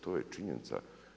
To je činjenica.